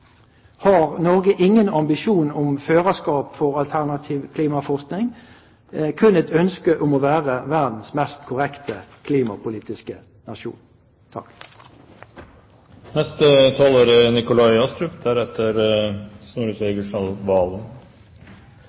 Har Norge ingen ambisjon om førerskap for alternativ klimaforskning, kun et ønske om å være verdens mest korrekte klimapolitiske nasjon?